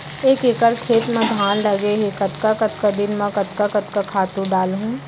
एक एकड़ खेत म धान लगे हे कतका कतका दिन म कतका कतका खातू डालहुँ?